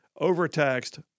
overtaxed